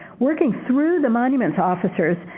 working through the monuments officers,